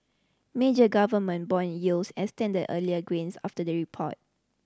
major government bond yields extended earlier gains after the report